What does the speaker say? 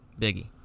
Biggie